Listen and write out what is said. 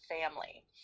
family